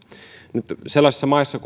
nyt sellaisissa maissa